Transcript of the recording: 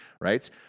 right